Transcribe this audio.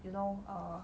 you know err